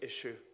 issue